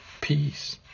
Peace